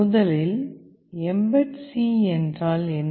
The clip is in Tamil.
முதலில் எம்பெட் சீ என்றால் என்ன